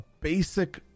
basic